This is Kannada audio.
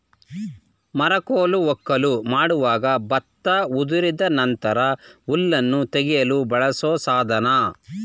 ಮೆರಕೋಲು ವಕ್ಕಲು ಮಾಡುವಾಗ ಭತ್ತ ಉದುರಿದ ನಂತರ ಹುಲ್ಲನ್ನು ತೆಗೆಯಲು ಬಳಸೋ ಸಾಧನ